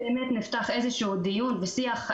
נפתח איזשהו דיון ושיח,